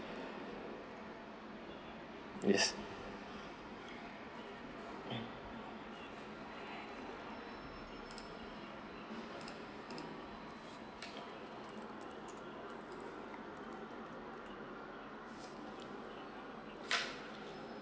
yes